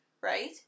Right